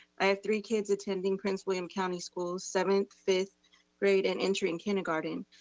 i have three kids attending prince william county schools, seventh, fifth grade, and entering kindergarten.